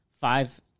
five